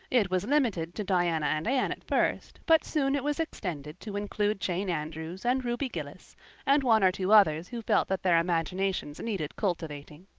it was limited to diana and anne at first, but soon it was extended to include jane andrews and ruby gillis and one or two others who felt that their imaginations needed cultivating.